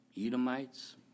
Edomites